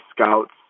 scouts